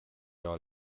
all